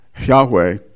Yahweh